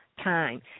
time